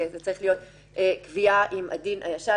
שזו צריכה להיות קביעה אם הדין הישן